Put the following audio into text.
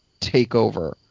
takeover